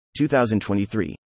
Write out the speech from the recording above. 2023